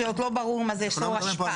שעוד לא ברור מה זה אזור השפעה.